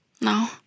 No